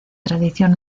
tradición